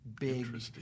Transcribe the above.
big